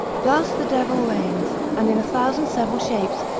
thus the devil reigns, and in a thousand several shapes,